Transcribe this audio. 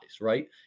right